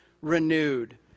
renewed